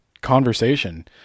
conversation